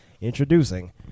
Introducing